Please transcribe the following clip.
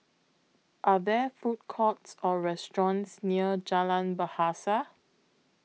Are There Food Courts Or restaurants near Jalan Bahasa